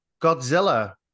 Godzilla